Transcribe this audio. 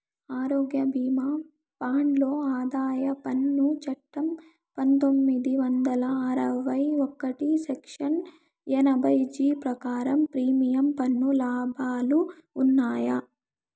ఆరోగ్య భీమా ప్లాన్ లో ఆదాయ పన్ను చట్టం పందొమ్మిది వందల అరవై ఒకటి సెక్షన్ ఎనభై జీ ప్రకారం ప్రీమియం పన్ను లాభాలు ఉన్నాయా?